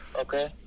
Okay